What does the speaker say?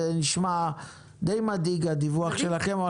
זה נשמע די מדאיג, הדיווח שלכם.